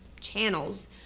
channels